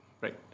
right